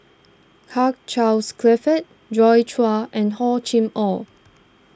Hugh Charles Clifford Joi Chua and Hor Chim or